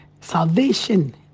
salvation